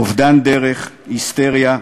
אובדן דרך, היסטריה,